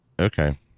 okay